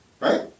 right